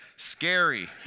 Scary